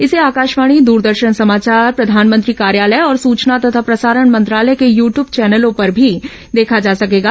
इसे आकाशवाणी द्रदर्शन समाचार प्रधानमंत्री कार्यालय और सूचना तथा प्रसारण मंत्रालय के यू ट्यूब चैनलों पर भी देखा जा सकेगा